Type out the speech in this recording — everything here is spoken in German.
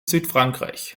südfrankreich